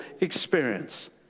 experience